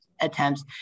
attempts